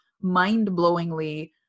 mind-blowingly